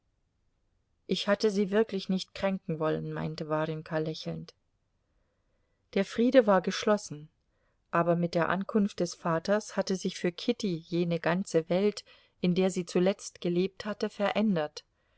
ich hatte sie wirklich nicht kränken wollen meinte warjenka lächelnd der friede war geschlossen aber mit der ankunft des vaters hatte sich für kitty jene ganze welt in der sie zuletzt gelebt hatte verändert